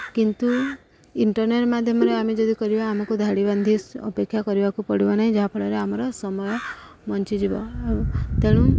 କିନ୍ତୁ ଇଣ୍ଟରନେଟ୍ ମାଧ୍ୟମରେ ଆମେ ଯଦି କରିବା ଆମକୁ ଧାଡ଼ି ବାନ୍ଧି ଅପେକ୍ଷା କରିବାକୁ ପଡ଼ିବ ନାହିଁ ଯାହାଫଳରେ ଆମର ସମୟ ବଞ୍ଚିଯିବ ଆଉ ତେଣୁ